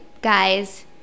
guys